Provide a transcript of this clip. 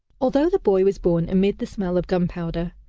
although the boy was born amid the smell of gunpowder,